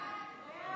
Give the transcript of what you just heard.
38 בעד, 50 נגד.